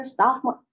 sophomore